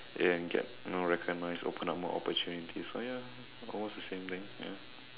and get you know recognized open up more opportunities so ya almost the same thing ya